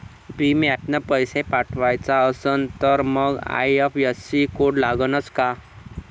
भीम ॲपनं पैसे पाठवायचा असन तर मंग आय.एफ.एस.सी कोड लागनच काय?